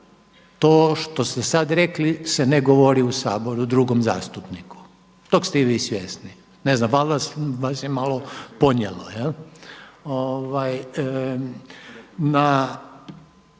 To što ste sad rekli se ne govori u Saboru drugom zastupniku. Tog ste i vi svjesni. Ne znam valjda vas je malo ponijelo.